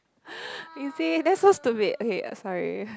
you see that's so stupid okay sorry